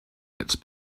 its